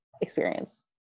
experience